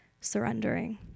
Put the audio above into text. surrendering